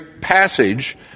passage